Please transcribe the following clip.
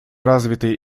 развитые